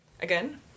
Again